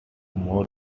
more